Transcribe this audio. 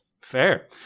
Fair